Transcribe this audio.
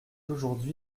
aujourd’hui